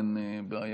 אין בעיה,